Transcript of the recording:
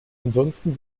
ansonsten